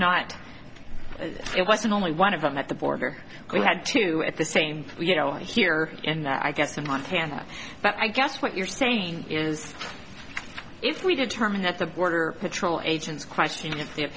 if it wasn't only one of them at the border they had to at the same you know here and i guess in montana but i guess what you're saying is if we determine that the border patrol agents question if they have